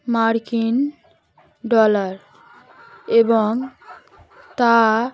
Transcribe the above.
মার্কিন ডলার এবং তা